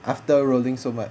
after rolling so much